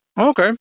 Okay